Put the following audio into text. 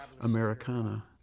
Americana